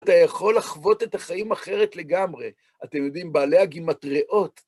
אתה יכול לחוות את החיים אחרת לגמרי. אתם יודעים, בעלי הגימטריאות...